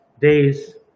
days